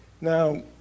Now